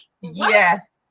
Yes